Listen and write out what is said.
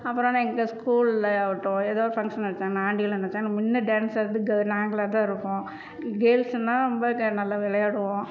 அப்புறோம் என்ன எங்கள் ஸ்கூல்லயாகட்டும் ஏதோ ஃபங்சன் வச்சாலும் ஆண்டு விழா வச்சாலும் முன்னே டான்ஸ் ஆடுறது நாங்களாக தான் இருப்போம் கேர்ள்ஸ்னா ரொம்ப நல்ல விளையாடுவோம்